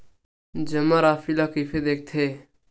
जमा राशि ला कइसे देखथे?